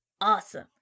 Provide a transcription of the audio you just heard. Awesome